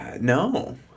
no